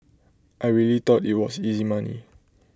I really thought IT was easy money